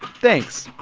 thanks,